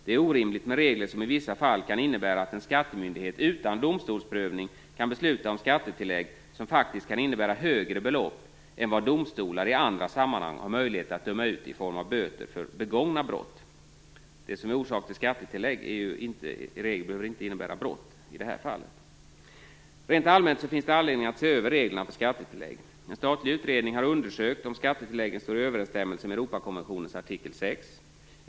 Det är orimligt med regler som i vissa fall kan innebära att en skattemyndighet, utan domstolsprövning, kan besluta om skattetillägg som faktiskt kan innebära högre belopp än vad domstolar i andra sammanhang har möjlighet att döma ut i form av böter för begångna brott. Det som är orsak till skattetillägg behöver ju inte innebära brott i det här fallet. Rent allmänt finns det anledning att se över reglerna för skattetillägg. En statlig utredningen har undersökt om skattetilläggen står i överensstämmelse med Europakonventionens artikel 6.